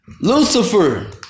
Lucifer